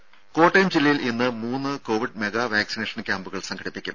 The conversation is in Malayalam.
രംഭ കോട്ടയം ജില്ലയിൽ ഇന്ന് മൂന്ന് കോവിഡ് മെഗാ വാക്സിനേഷൻ ക്യാമ്പുകൾ സംഘടിപ്പിക്കും